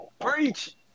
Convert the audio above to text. preach